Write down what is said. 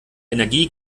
energie